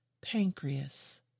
Pancreas